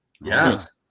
yes